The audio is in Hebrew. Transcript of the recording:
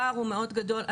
הפער הוא מאוד גדול.